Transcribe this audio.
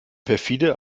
perfide